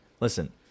listen